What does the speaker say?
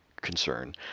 concern